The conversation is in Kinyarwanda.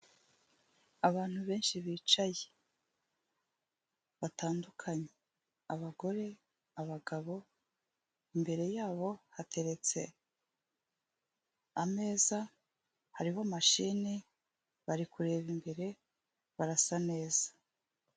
Abantu benshi bicaye batandukanye, abagore, abagabo imbere yabo hateretse ameza hariho mashine bari kureba imbere barasa neza.